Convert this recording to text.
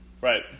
Right